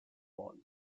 falls